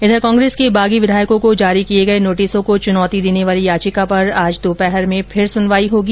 इधर कांग्रेस के बागी विधायकों को जारी किये गये नोटिसों को चुनौती देने वाली याचिका पर आज दोपहर में फिर सुनवाई होगी